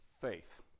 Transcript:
faith